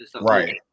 right